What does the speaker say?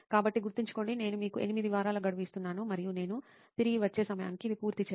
కాబట్టి గుర్తుంచుకోండి నేను మీకు 8 వారాల గడువు ఇస్తున్నాను మరియు నేను తిరిగి వచ్చే సమయానికి ఇది పూర్తి చేయాలి